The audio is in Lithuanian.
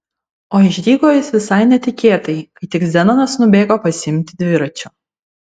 o išdygo jis visai netikėtai kai tik zenonas nubėgo pasiimti dviračio